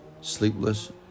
sleepless